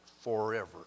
forever